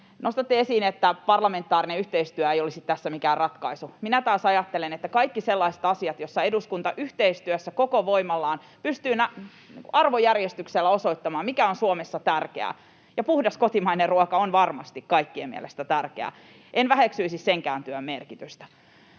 Nostatte esiin, että parlamentaarinen yhteistyö ei olisi tässä mikään ratkaisu. Minä taas ajattelen, että tärkeitä ovat kaikki sellaiset asiat, joissa eduskunta yhteistyössä koko voimallaan pystyy arvojärjestyksellä osoittamaan, mikä on Suomessa tärkeää, ja puhdas kotimainen ruoka on varmasti kaikkien mielestä tärkeää. En väheksyisi senkään työn merkitystä.